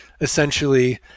essentially